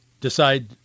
decide